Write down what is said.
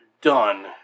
done